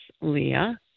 Leah